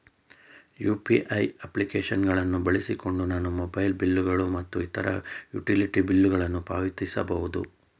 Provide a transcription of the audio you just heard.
UPI application ಗಳನ್ನು ಬಳಸಿಕೊಂಡು ನಾವು ಮೊಬೈಲ್ ಬಿಲ್ ಗಳು ಮತ್ತು ಇತರ ಯುಟಿಲಿಟಿ ಬಿಲ್ ಗಳನ್ನು ಪಾವತಿಸಬಹುದು